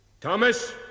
Thomas